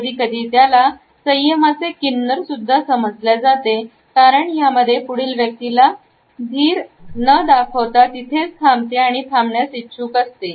कधी कधी याला संयमाचे किन्नर सुद्धा समजल्या जाते कारण यामध्ये पुढील व्यक्तीला धीर चा न दाखवता तिथेच थांबते किंवा थांबण्यास इच्छुक असते